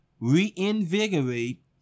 reinvigorate